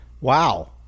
wow